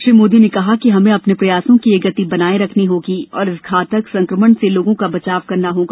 श्री मोदी ने कहा कि हमें अपने प्रयासों की यह गति बनाये रखनी होगी और इस घातक संक्रमण से लोगों का बचाव करना होगा